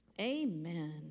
Amen